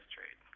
Trade